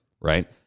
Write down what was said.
right